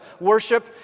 worship